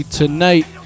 tonight